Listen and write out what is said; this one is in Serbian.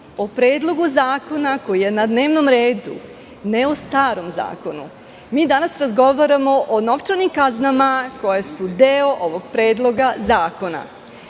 o predlogu zakona koji je na dnevnom redu, ne o starom zakonu. Danas razgovaramo o novčanim kaznama koje su deo ovog Predloga zakona.